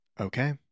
Okay